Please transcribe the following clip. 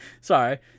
sorry